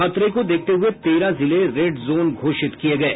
खतरे को देखते हुये तेरह जिले रेड जोन घोषित किये गये